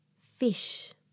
Fish